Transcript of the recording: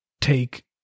take